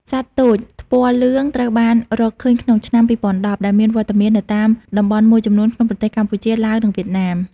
សត្វទោចថ្ពាល់លឿងត្រូវបានរកឃើញក្នុងឆ្នាំ២០១០ ដែលមានវត្តមាននៅតាមតំបន់មួយចំនួនក្នុងប្រទេសកម្ពុជា ឡាវ និងវៀតណាម។